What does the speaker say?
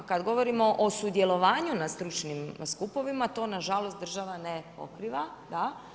Kad govorimo o sudjelovanju na stručnim skupovima to na žalost država ne pokriva, da.